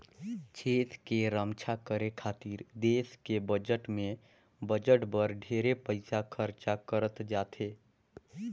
छेस के रम्छा करे खातिर देस के बजट में बजट बर ढेरे पइसा खरचा करत जाथे